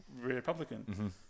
Republican